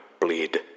bleed